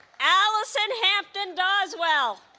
alison hampton doswell